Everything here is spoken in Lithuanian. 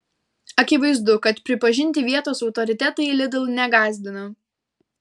akivaizdu kad pripažinti vietos autoritetai lidl negąsdina